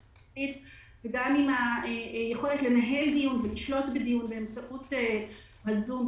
וגם עם היכולת לנהל דיון ולשלוט בדיון באמצעות הזום,